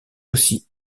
aussi